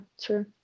true